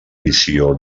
visió